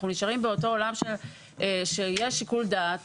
אנחנו נשארים באותו עולם שיש שיקול דעת